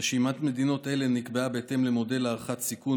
רשימת מדינות אלה נקבעה בהתאם למודל הערכת סיכון